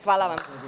Hvala vam.